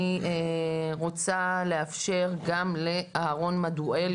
אני רוצה לאפשר גם לאהרון מדואל,